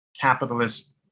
capitalist